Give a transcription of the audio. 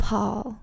Paul